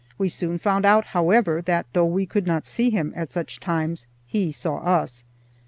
we soon found out, however, that though we could not see him at such times, he saw us,